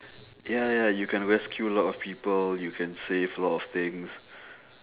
ya ya you can rescue a lot of people you can save a lot of things